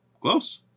Close